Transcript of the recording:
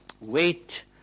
weight